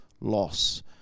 loss